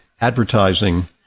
advertising